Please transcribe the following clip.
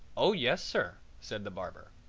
oh, yes, sir, said the barber.